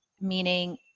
meaning